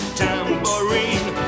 tambourine